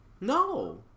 No